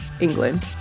England